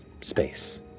space